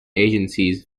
agencies